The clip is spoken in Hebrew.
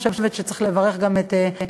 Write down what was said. ואני חושבת שצריך לברך גם את יושב-ראש